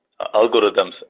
algorithms